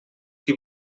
qui